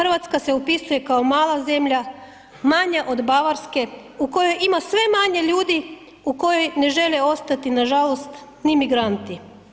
RH se opisuje kao mala zemlja, manja od Bavarske u kojoj ima sve manje ljudi, u kojoj ne žele ostati nažalost ni migranti.